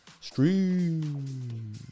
stream